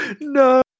No